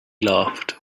laughed